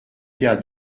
gars